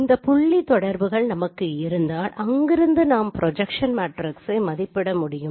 இந்த புள்ளி தொடர்புகள் நமக்கு இருந்தால் அங்கிருந்து நாம் திட்ட மேட்ரிக்ஸை மதிப்பிட முடியும்